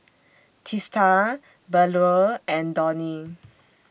Teesta Bellur and Dhoni